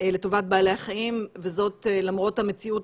לטובת בעלי החיים וזאת למרות המציאות